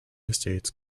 estates